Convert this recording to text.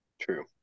True